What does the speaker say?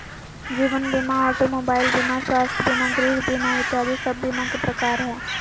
जीवन बीमा, automobile बीमा, स्वास्थ्य बीमा, गृह बीमा इत्यादि सब बीमा के प्रकार हय